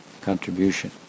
contribution